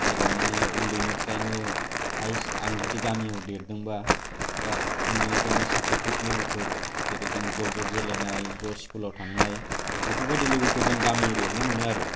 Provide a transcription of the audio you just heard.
जेराव माने उन्दैनिफ्रायनो हाइयेस्ट आं जुदि गामियाव देरदोंबा आन्दैनिफ्रायनो सापरटिभ लोगोफोर जेरै जों ज' ज' गेलेनाय ज' स्कुलआव थांनाय बेफोरबायदि लोगोखौ जों गामि एरिया यावनो मोनो आरो